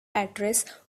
address